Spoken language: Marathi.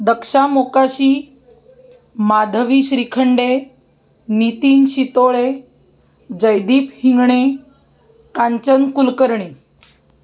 दक्षा मोकाशी माधवी श्रीखंडे नितीन शितोळे जयदीप हिंगणे कांचन कुलकर्णी